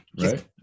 right